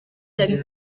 cyanjye